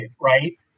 right